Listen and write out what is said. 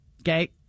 okay